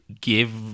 give